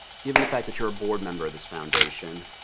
given the fact that you're a board member of this foundation,